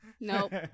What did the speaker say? Nope